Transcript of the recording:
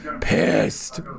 pissed